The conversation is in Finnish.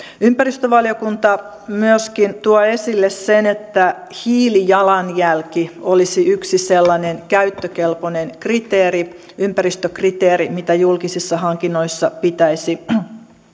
ympäristövaliokunta myöskin tuo esille sen että hiilijalanjälki olisi yksi sellainen käyttökelpoinen ympäristökriteeri mitä julkisissa hankinnoissa pitäisi